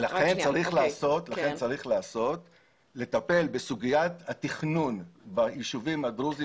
לכן צריך לטפל בסוגיית התכנון ביישובים הדרוזיים